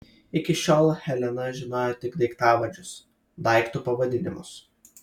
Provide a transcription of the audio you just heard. iki šiol helena žinojo tik daiktavardžius daiktų pavadinimus